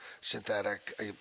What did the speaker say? synthetic